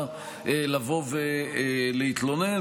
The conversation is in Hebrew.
העבירה לבוא ולהתלונן,